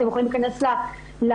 אתם יכולים להיכנס לפרסומים.